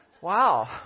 Wow